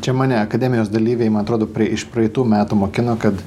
čia mane akademijos dalyviai ma atrodo iš praeitų metų mokino kad